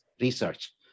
research